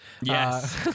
Yes